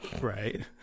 Right